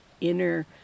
inner